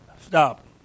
Stop